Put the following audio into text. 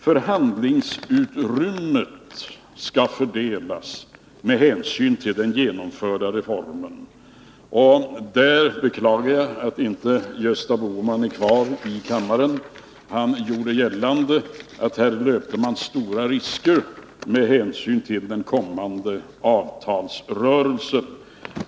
Förhandlingsutrymmet skall fördelas med hänsyn till den genomförda reformen. Här beklagar jag att Gösta Bohman inte är kvar i kammaren. Han gjorde gällande att man löpte stora risker med hänsyn till den kommande avtalsrörelsen.